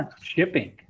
shipping